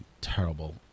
terrible